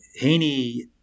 Heaney